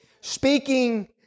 Speaking